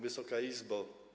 Wysoka Izbo!